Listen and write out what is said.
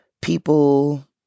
people